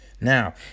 Now